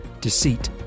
deceit